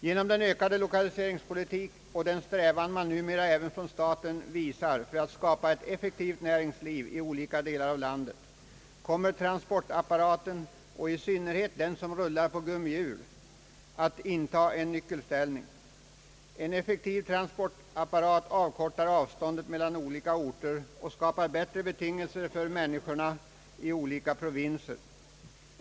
Genom =<:att = lokaliseringspolitiken byggs ut och genom att numera även staten visar en strävan att skapa ett effektivt näringsliv i olika delar av landet kommer transportapparaten, och i synnerhet den som rullar på gummihjul, att inta en nyckelställning. En effektiv transportapparat avkortar avstånden mellan orter och skapar bättre betingelser för människorna i olika provinser.